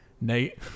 Nate